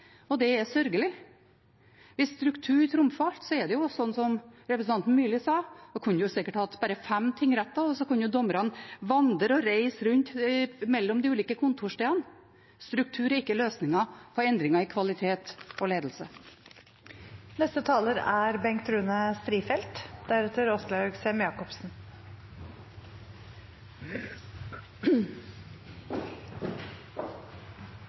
Det er sørgelig. Hvis struktur trumfer, er det jo slik som representanten Myrli sa – da kunne man sikkert hatt bare fem tingretter, og så kunne dommerne vandre og reise rundt mellom de ulike kontorstedene. Struktur er ikke løsningen på endringer i kvalitet og ledelse. Målet til Fremskrittspartiet med å danne flertall for en ny domstolstruktur er